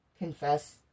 Confess